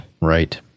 Right